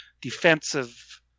defensive